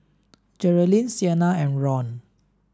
Jerilyn Sienna and Ron